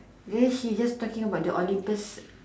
then she just talking about the Olympus